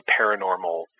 paranormal